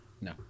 no